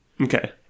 Okay